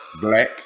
Black